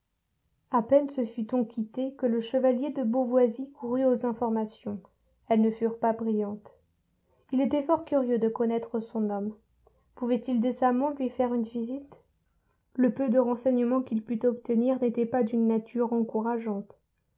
a peine se fut on quitté que le chevalier de beauvoisis courut aux informations elles ne furent pas brillantes il était fort curieux de connaître son homme pouvait-il décemment lui faire une visite le peu de renseignements qu'il put obtenir n'étaient pas d'une nature encourageante